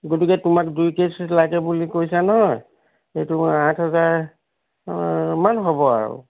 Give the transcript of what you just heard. গতিকে তোমাক দুই কেচ লাগে বুলি কৈছা নহয় এ তোমাৰ আঠ হেজাৰ মান হ'ব আৰু